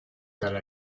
dalla